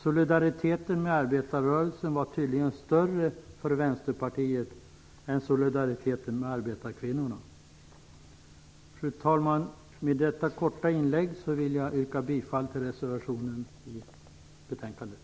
Solidariteten med arbetarrörelsen var tydligen större för Vänsterpartiet än solidariteten med arbetarkvinnorna. Fru talman! Med detta korta inlägg vill jag yrka bifall till den reservation som fogats till betänkandet.